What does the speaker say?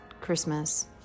Christmas